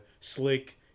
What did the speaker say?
slick